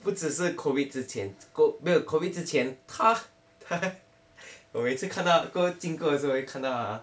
不只是 COVID 之前没有 COVID 之前他 我每次看到经过的时候我会看到 ah